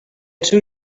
two